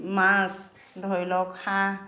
মাছ ধৰি লওক হাঁহ